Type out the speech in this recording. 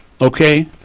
Okay